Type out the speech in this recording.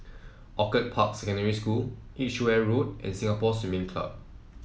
Orchid Park Secondary School Edgeware Road and Singapore Swimming Club